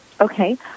Okay